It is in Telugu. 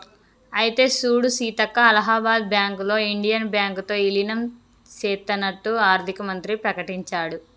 అయితే సూడు సీతక్క అలహాబాద్ బ్యాంకులో ఇండియన్ బ్యాంకు తో ఇలీనం సేత్తన్నట్టు ఆర్థిక మంత్రి ప్రకటించాడు